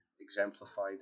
exemplify